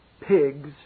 pigs